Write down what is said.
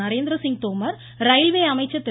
Narendra Singh Tomar railway அமைச்சர் திரு